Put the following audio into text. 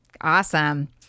Awesome